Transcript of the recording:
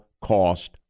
cost